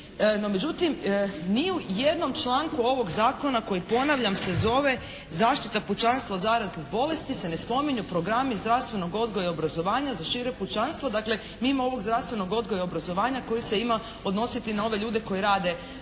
međutim, ni u jednom članku ovog zakona koji ponavljam se zove zaštita pučanstva od zaraznih bolesti se ne spominju programi zdravstvenog odgoja i obrazovanja za šire pučanstvo, dakle, mimo ovog zdravstvenog odgoja i obrazovanja koji se ima odnositi na ove ljude koji rade